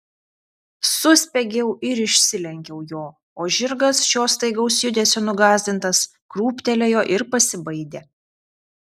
suspiegiau ir išsilenkiau jo o žirgas šio staigaus judesio nugąsdintas krūptelėjo ir pasibaidė